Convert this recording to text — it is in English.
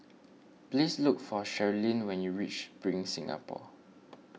please look for Sherilyn when you reach Spring Singapore